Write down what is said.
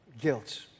Guilt